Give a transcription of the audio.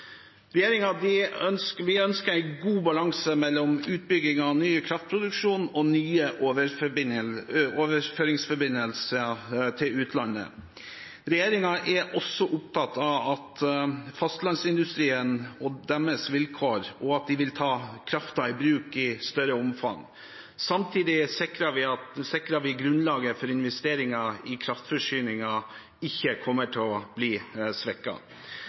Vi ønsker en god balanse mellom utbygging av ny kraftproduksjon og nye overføringsforbindelser til utlandet. Regjeringen er også opptatt av fastlandsindustrien og deres vilkår og av at vi vil ta kraften i bruk i større omfang. Samtidig sikrer vi at grunnlaget for investeringer i kraftforsyningen ikke kommer til å bli